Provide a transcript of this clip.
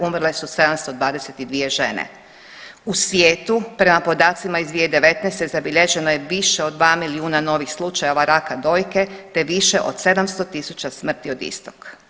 umrle su 722 žene, u svijetu prema podacima iz 2019. zabilježeno je više od 2 milijuna novih slučajeva raka dojke, te više od 700 tisuća smrti od istog.